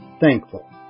Thankful